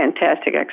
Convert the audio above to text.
fantastic